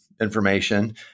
information